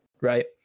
Right